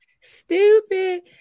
stupid